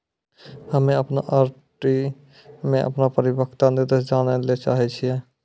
हम्मे अपनो आर.डी मे अपनो परिपक्वता निर्देश जानै ले चाहै छियै